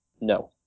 No